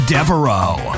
Devereaux